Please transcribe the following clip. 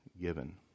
given